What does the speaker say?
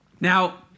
Now